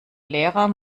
lehrer